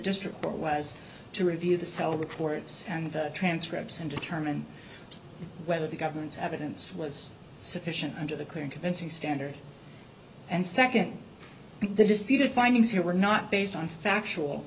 district court was to review the cell records and transcripts and determine whether the government's evidence was sufficient under the clear and convincing standard and nd the disputed findings here were not based on factual